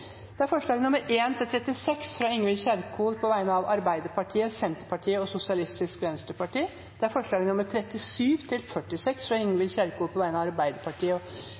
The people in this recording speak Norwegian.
alt 53 forslag. Det er forslagene nr.1–36, fra Ingvild Kjerkol på vegne av Arbeiderpartiet, Senterpartiet og Sosialistisk Venstreparti forslagene nr. 37–46, fra Ingvild Kjerkol på vegne av Arbeiderpartiet